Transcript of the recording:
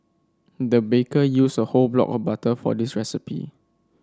the baker used a whole block of butter for this recipe